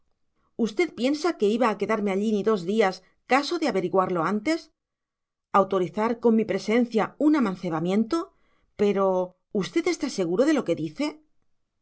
usted piensa que iba a quedarme allí ni dos días caso de averiguarlo antes autorizar con mi presencia un amancebamiento pero usted está seguro de lo que dice